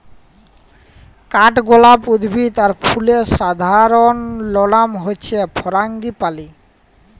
কাঠগলাপ উদ্ভিদ আর ফুলের সাধারণলনাম হচ্যে ফারাঙ্গিপালি